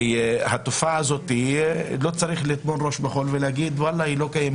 שלא צריך לטמון את הראש בחול ולהגיד שהתופעה הזאת לא קיימת.